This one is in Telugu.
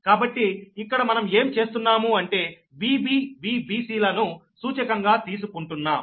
కాబట్టి ఇక్కడ మనం ఏం చేస్తున్నాము అంటే Vb Vbc లను సూచకంగా తీసుకుంటున్నాం